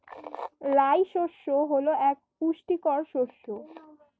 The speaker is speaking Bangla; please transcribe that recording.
রাই শস্য হল এক পুষ্টিকর শস্য